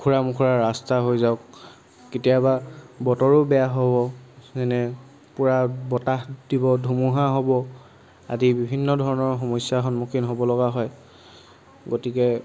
ওখোৰা মোখোৰা ৰাস্তা হৈ যাওক কেতিয়াবা বতৰো বেয়া হ'ব যেনে পুৰা বতাহ দিব ধুমুহা হ'ব আদি বিভিন্ন ধৰণৰ সমস্যাৰ সন্মুখীন হ'ব লগা হয় গতিকে